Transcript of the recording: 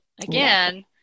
again